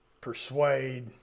persuade